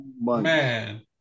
man